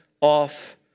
off